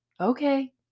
Okay